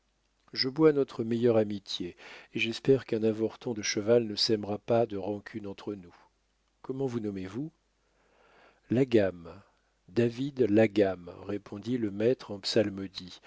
je bois a notre meilleure amitié et j'espère qu'un avorton de cheval ne sèmera pas de rancune entre nous comment vous nommez-vous la gamme david la gamme répondit le maître en psalmodie